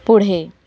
पुढे